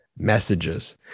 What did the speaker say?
messages